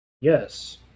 Yes